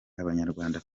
abanyarwanda